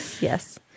Yes